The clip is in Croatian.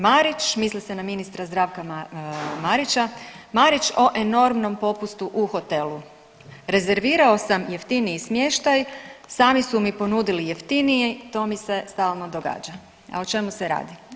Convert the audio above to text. Marić, misli se na ministra Zdravka Marića, Marić o enormnom popustu u hotelu, rezervirao sam jeftiniji smještaj, sami su mi ponudili jeftiniji, to mi se stalno događa, a o čemu se radi?